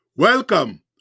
Welcome